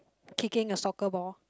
kicking a soccer ball